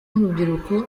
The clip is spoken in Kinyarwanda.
nk’urubyiruko